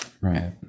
right